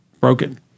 broken